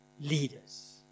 leaders